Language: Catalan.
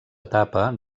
etapa